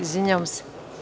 Izvinjavam se.